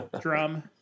drum